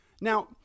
Now